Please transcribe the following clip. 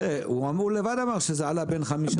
תראה, הוא אמר לבד שזה עלה בין-8%-5%.